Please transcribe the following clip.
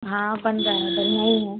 हाँ बन रहा है बढ़ियाँ ही है